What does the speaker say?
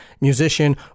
musician